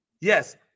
Yes